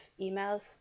emails